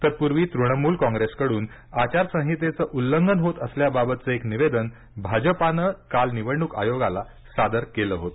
तत्पूर्वी तृणमूल कॉंग्रेसकडून आचारसंहितेचं उल्लंघन होत असल्याबाबतचं एक निवेदन भाजपानं काल निवडणूक आयोगाला सादर केलं होतं